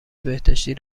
بهداشتی